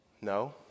No